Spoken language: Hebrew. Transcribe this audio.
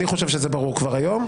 ואני חושב שזה ברור כבר היום,